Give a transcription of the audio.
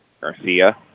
Garcia